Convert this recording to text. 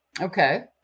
okay